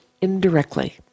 indirectly